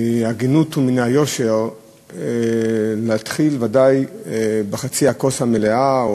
מן ההגינות ומן היושר להתחיל ודאי בחצי הכוס המלאה,